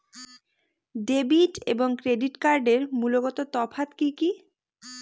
Debit এবং credit কার্ডের মূলগত তফাত কি কী?